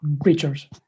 creatures